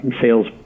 sales